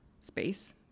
space